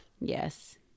yes